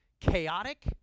chaotic